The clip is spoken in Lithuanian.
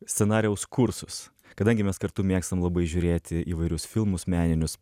scenarijaus kursus kadangi mes kartu mėgstam labai žiūrėti įvairius filmus meninius